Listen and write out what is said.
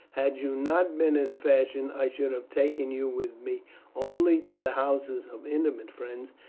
had you not been in fashion, i should have taken you with me only to the houses of intimate friends,